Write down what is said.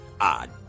odd